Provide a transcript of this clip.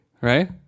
Right